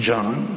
John